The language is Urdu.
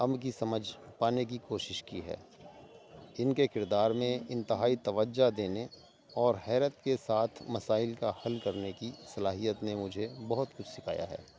امن کی سمجھ پانے کی کوشش کی ہے ان کے کردار میں انتہائی توجہ دینے اور حیرت کے ساتھ مسائل کا حل کرنے کی صلاحیت نے مجھے بہت کچھ سکھایا ہے